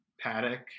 Paddock